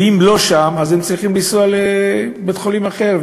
ואם לא שם, אז הם צריכים לנסוע לבית-חולים אחר.